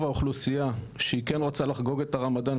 האוכלוסייה שהיא כן רוצה לחגוג את הרמדאן.